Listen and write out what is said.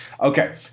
Okay